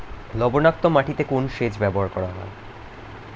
লবণাক্ত মাটিতে কোন সেচ ব্যবহার করা হয়?